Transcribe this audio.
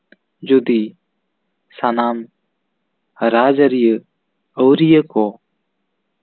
ᱡᱚᱫᱤ ᱥᱟᱱᱟᱢ ᱨᱟᱡᱽᱟᱹᱨᱤ ᱟᱹᱣᱨᱤᱭᱟᱹ ᱠᱚ